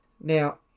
Now